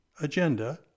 Agenda